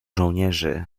żołnierzy